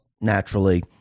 naturally